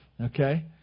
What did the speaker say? okay